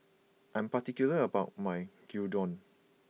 I'm particular about my Gyudon